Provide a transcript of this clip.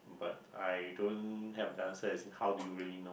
but I don't have the answer as in how do you really know